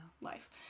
life